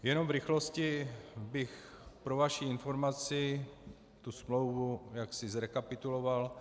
Jenom v rychlosti bych pro vaši informaci tu smlouvu jaksi zrekapituloval.